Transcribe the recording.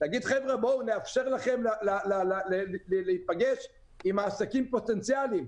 להראות שאנחנו מאפשרים להיפגש עם מעסיקים פוטנציאליים.